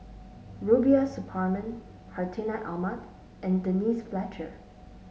Rubiah Suparman Hartinah Ahmad and Denise Fletcher